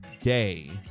day